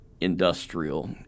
industrial